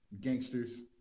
gangsters